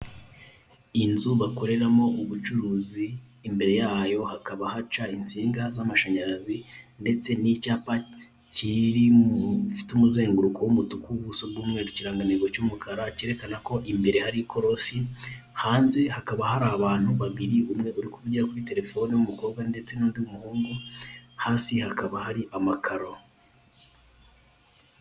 Inzu bakoreramo ubucuruzi imbere yayo hakaba haca insinga z'amashanyarazi ndetse n'icyapa gifite umuzenguruko w'umutuku, ubuso bw'umweru, ikirangantego cy'umukara. Cyerekana ko imbere hari ikorosi, hanze hakaba hari abantu babiri, umwe uri kuvugira kuri telefone w'umukobwa n'undi w'umuhungu, hasi hakaba hari amakaro.